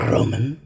Roman